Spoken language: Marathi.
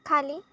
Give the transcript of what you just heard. खाली